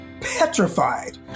petrified